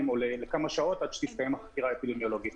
או לכמה שעות עד שתסתיים החקירה האפידמיולוגית.